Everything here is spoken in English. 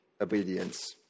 obedience